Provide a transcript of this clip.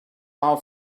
our